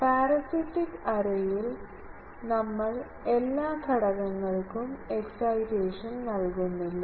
parasitic എറേയിൽ നമ്മൾ എല്ലാ ഘടകങ്ങൾക്കും എക്സൈറ്റേഷൻ നൽകുന്നില്ല